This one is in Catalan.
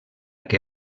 que